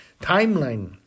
timeline